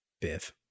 Biff